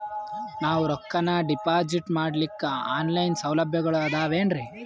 ನಾವು ರೊಕ್ಕನಾ ಡಿಪಾಜಿಟ್ ಮಾಡ್ಲಿಕ್ಕ ಆನ್ ಲೈನ್ ಸೌಲಭ್ಯಗಳು ಆದಾವೇನ್ರಿ?